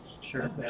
Sure